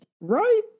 Right